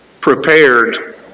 prepared